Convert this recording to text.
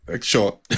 Sure